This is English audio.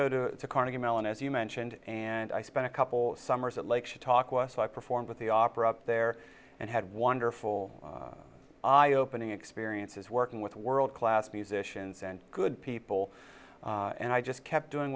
to go to carnegie mellon as you mentioned and i spent a couple summers at lake chautauqua so i performed with the opera up there and had wonderful eye opening experience is working with world class musicians and good people and i just kept doing